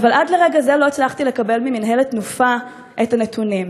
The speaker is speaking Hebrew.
אבל עד לרגע זה לא הצלחתי לקבל ממינהלת "תנופה" את הנתונים.